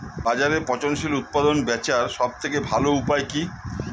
বাজারে পচনশীল উৎপাদন বেচার সবথেকে ভালো উপায় কি?